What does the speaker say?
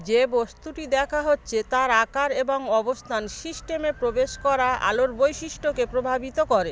যে বস্তুটি দেখা হচ্ছে তার আকার এবং অবস্থান সিস্টেমে প্রবেশ করা আলোর বৈশিষ্ট্যকে প্রভাবিত করে